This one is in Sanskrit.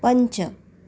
पञ्च